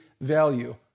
value